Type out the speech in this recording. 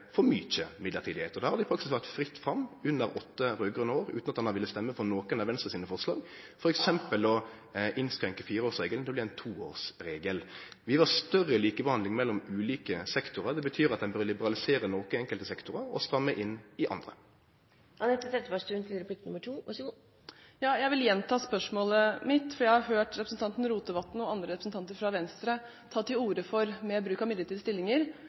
for mange mellombelse stillingar. Då har det faktisk vore fritt fram i åtte raud-grøne år, utan at ein har vilja stemme for nokon av Venstre sine forslag, f.eks. å innskrenke fireårsregelen til å bli ein toårsregel. Vi vil ha større likebehandling mellom ulike sektorar. Det betyr at ein bør liberalisere noko i enkelte sektorar og stramme inn i andre. Jeg vil gjenta spørsmålet mitt, for jeg har hørt representanten Rotevatn og andre representanter fra Venstre ta til orde for mer bruk av midlertidige stillinger,